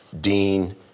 dean